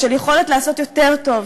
ושל יכולת לעשות יותר טוב,